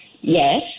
yes